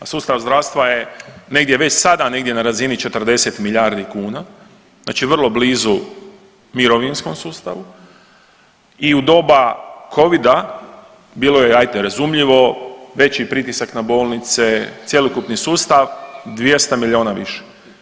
A sustav zdravstva je negdje već sada negdje na razini 40 milijardi kuna, znači vrlo blizu mirovinskom sustavu i u doba Covida, bilo je, ajde, razumljivo, veći pritisak na bolnice, cjelokupni sustav, 200 milijuna više.